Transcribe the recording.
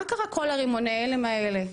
מה קרה, כל רימוני ההלם האלה,